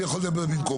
אני יכול לדבר במקומו,